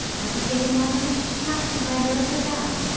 as he gains on her, she casts behind her her gown,